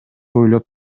ойлоп